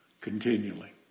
continually